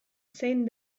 zein